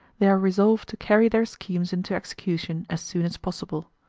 they are resolved to carry their schemes into execution as soon as possible.